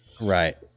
Right